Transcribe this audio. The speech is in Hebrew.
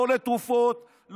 לא לתרופות,